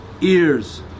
ears